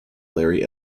larry